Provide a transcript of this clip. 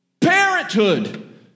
parenthood